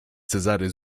cezary